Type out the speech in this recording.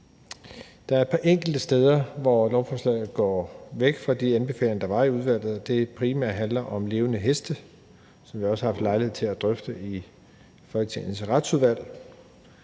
Der er et par enkelte steder, hvor lovforslaget ikke følger de anbefalinger, der var i udvalget. Det handler primært om levende heste, som vi også har haft lejlighed til at drøfte i Folketingets Retsudvalg,